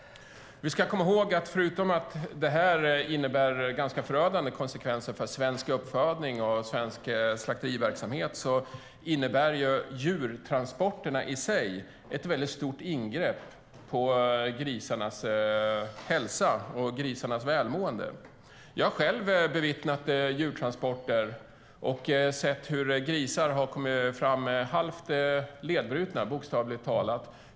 Vi ska komma ihåg att förutom att detta innebär ganska förödande konsekvenser för svensk uppfödning och svensk slakteriverksamhet innebär djurtransporterna i sig ett stort ingrepp när det gäller grisarnas hälsa och välmående. Jag har själv bevittnat djurtransporter och sett hur grisar har kommit fram halvt ledbrutna, bokstavligt talat.